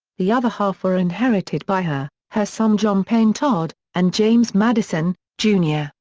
the other half were inherited by her, her son john payne todd, and james madison, jr,